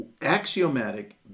axiomatic